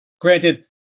Granted